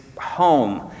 home